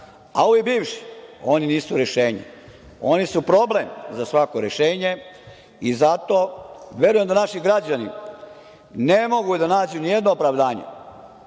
a ovi bivši, oni nisu rešenje. Oni su problem za svako rešenje i zato verujem da naši građani ne mogu da nađu nijedno opravdanje